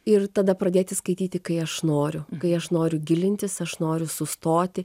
ir tada pradėti skaityti kai aš noriu kai aš noriu gilintis aš noriu sustoti